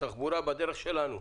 תחבורה בדרך שלנו.